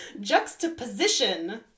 Juxtaposition